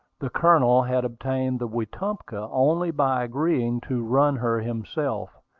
the colonel had obtained the wetumpka only by agreeing to run her himself,